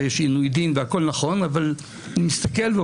ויש עינוי דין הכול נכון אבל אני מסתכל על